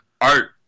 art